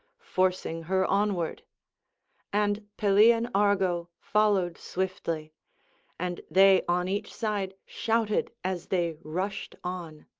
forcing her onward and pelian argo followed swiftly and they on each side shouted as they rushed on.